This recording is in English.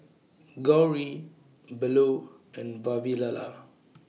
Gauri Bellur and Vavilala